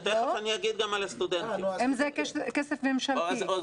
אם זה כסף ממשלתי.